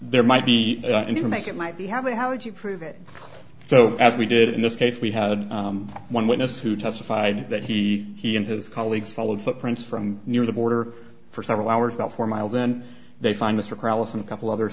there might be interim make it might be have a how would you prove it so as we did in this case we had one witness who testified that he he and his colleagues followed footprints from near the border for several hours about four miles then they find mr crowley and a couple others